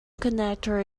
connector